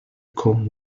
come